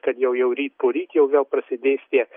kad jau jau ryt poryt jau vėl prasidės tie